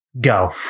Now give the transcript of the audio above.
go